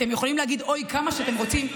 אתם יכולים להגיד אוי כמה שאתם רוצים,